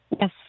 Yes